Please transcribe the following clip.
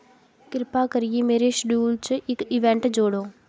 किरपा करियै मेरे श्डयूल च इक इवेंट जोड़ो